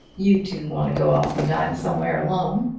you two want to go off and dine somewhere alone.